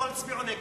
אבל הצביעו נגד.